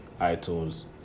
iTunes